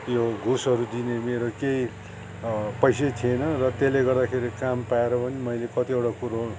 यो घुसहरू दिने मेरो केही पैसै थिएन र त्यसले गर्दाखेरि काम पाएर पनि मैले कतिवटा कुरो